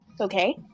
Okay